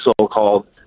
so-called